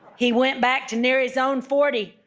he went back to near his own forty,